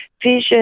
Vision